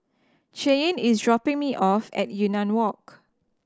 Cheyenne is dropping me off at Yunnan Walk